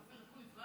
שלוש דקות.